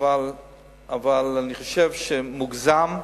אבל אני חושב שמוגזם,